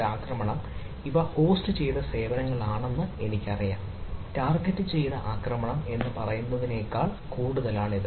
ഒരു ആക്രമണം ഇവ ഹോസ്റ്റുചെയ്ത സേവനങ്ങളാണെന്ന് എനിക്കറിയാം ടാർഗെറ്റുചെയ്ത ആക്രമണം എന്ന് പറയുന്നതിനേക്കാൾ കൂടുതലാണ് ഇത്